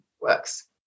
works